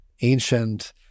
ancient